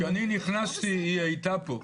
כשאני נכנסתי היא הייתה פה.